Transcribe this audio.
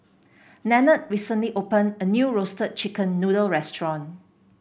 Nanette recently open a new roaste chicken noodle restaurant